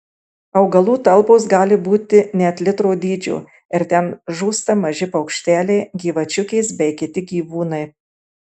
augalų talpos gali būti net litro dydžio ir ten žūsta maži paukšteliai gyvačiukės bei kiti gyvūnai